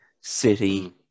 City